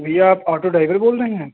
भैया आप auto driver बोल रहे हैं